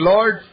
Lord